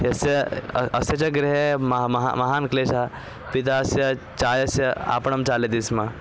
यस्य अस्य च गृहे महान् क्लेशः पिता चायस्य आपणं चालयति स्म